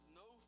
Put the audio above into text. no